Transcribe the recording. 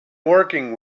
working